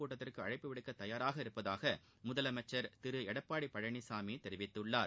கூட்டத்திற்கு அழைப்பு விடுக்க தயாராக உள்ளதாக முதலமைச்சர் திரு எடப்பாடி பழனிசாமி தெரிவித்துள்ளார்